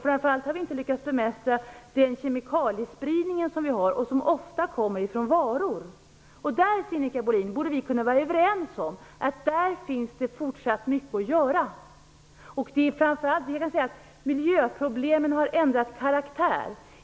Framför allt har vi inte lyckats bemästra kemikaliespridningen, som ofta kommer från varor. Där, Sinikka Bohlin, finns det fortsatt mycket att göra - det borde vi kunna vara överens om. Miljöproblemen har ändrat karaktär.